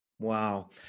Wow